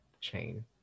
Chain